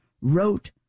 wrote